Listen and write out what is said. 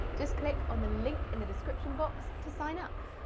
just click on the link in the description box to sign up.